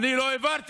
אני לא העברתי?